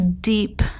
deep